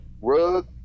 rug